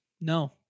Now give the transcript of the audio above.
No